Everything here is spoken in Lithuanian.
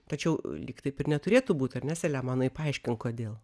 tačiau lyg taip ir neturėtų būt ar ne selemonai paaiškink kodėl